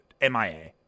MIA